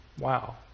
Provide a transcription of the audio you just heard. Wow